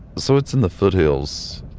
so, it's in the foothills.